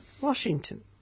Washington